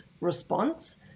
response